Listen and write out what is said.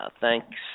thanks